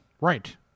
Right